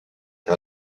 car